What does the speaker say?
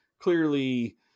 Clearly